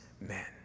men